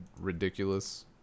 ridiculous